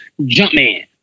Jumpman